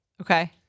Okay